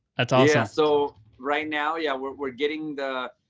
that's awesome. yeah. so right now, yeah, we're we're getting the,